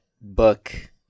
book